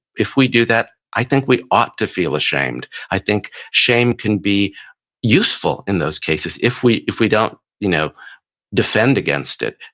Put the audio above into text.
if we do that, i think we ought to feel ashamed. i think shame can be useful in those cases if we if we don't you know defend against it.